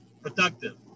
productive